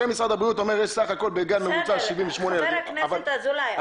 הרי משרד הבריאות אומר --- חבר הכנסת אזולאי,